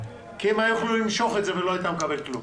כי הם היו יכולים למשוך את זה ולא היית מקבל כלום.